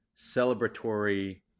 celebratory